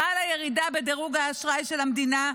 חלה ירידה בדירוג האשראי של המדינה,